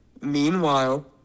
meanwhile